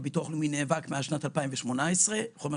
והביטוח הלאומי נאבק מאז שנת 2018 בכל מה